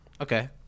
Okay